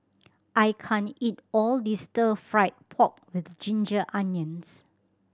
I can't eat all this Stir Fried Pork With Ginger Onions